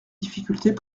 difficultés